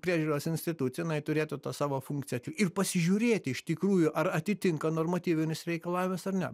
priežiūros institucija jinai turėtų tą savo funkciją ir pasižiūrėt iš tikrųjų ar atitinka normatyvinius reikalavimus ar ne